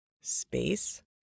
space